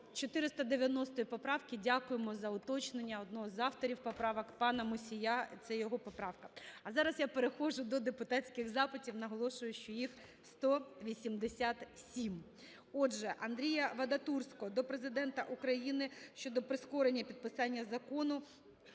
490 поправки. Дякуємо за уточнення одного з авторів поправок пана Мусія, це його поправка. А зараз я переходжу до депутатських запитів, наголошую, що їх 187. Отже, Андрія Вадатурського до Президента України щодо прискорення підписання Закону